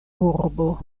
urbo